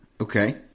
okay